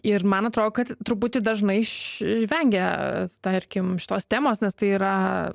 ir man atro kad truputį dažnai š vengia tarkim šitos temos nes tai yra